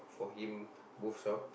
for him moved shop